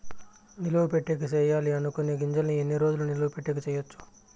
నిలువ పెట్టేకి సేయాలి అనుకునే గింజల్ని ఎన్ని రోజులు నిలువ పెట్టేకి చేయొచ్చు